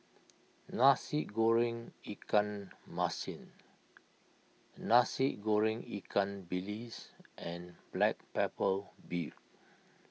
Nasi Goreng Ikan Masin Nasi Goreng Ikan Bilis and Black Pepper Beef